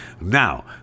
now